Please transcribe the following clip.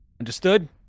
Understood